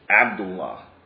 Abdullah